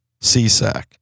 CSAC